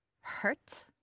hurt